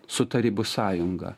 su tarybų sąjunga